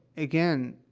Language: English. again,